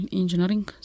engineering